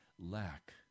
lack